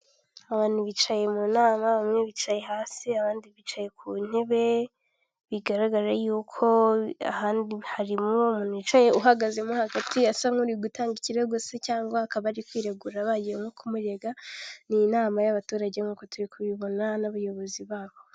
Abantu bicaye mu nama, bamwe bicaye hasi abandi bicaye ku ntebe, bigaragara yuko hari umuntu wicaye uhagazemo hagati asa nk'uri gutanga ikirego se cyangwa akaba ari kwiregura, baje nko kumurega, ni inama y'abaturage nkuko turi kubibona n'abayobozi babo.